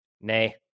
Nay